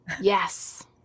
Yes